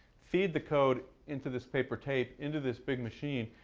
feed the code into this paper tape, into this big machine.